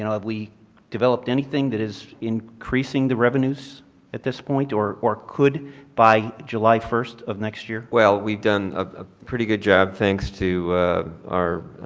know if we developed anything that is increasing the revenues at this point or or could by july first of next year. well, we've done a pretty good job, thanks to our